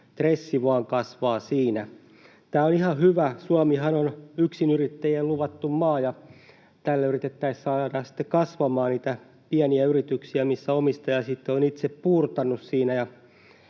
stressi vain kasvaa siinä. Tämä on ihan hyvä. Suomihan on yksinyrittäjien luvattu maa, ja tällä yritettäisiin saada sitten kasvamaan niitä pieniä yrityksiä, missä omistaja on itse puurtanut — nyt